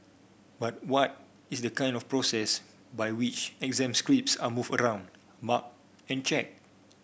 but what is the kind of process by which exam scripts are moved around marked and checked